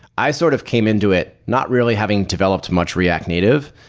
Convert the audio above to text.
i sort of came into it not really having developed much react native,